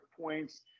points